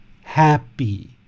happy